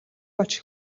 болж